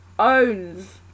owns